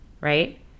right